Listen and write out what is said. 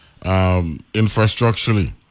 infrastructurally